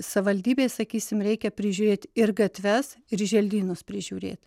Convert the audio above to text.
savivaldybei sakysim reikia prižiūrėt ir gatves ir želdynus prižiūrėt